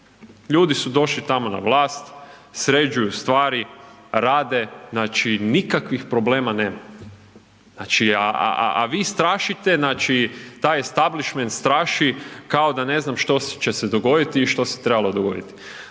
ljudi su došli tamo na vlast, sređuju stvari, rade, znači nikakvih problema nema, znači a, a, a, a vi srašite znači taj establišment straši kao da ne znam što će se dogoditi i što se trebalo dogoditi,